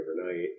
overnight